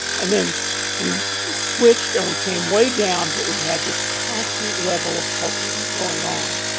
and then we switched and we came way down but we had this constant level of polio going on.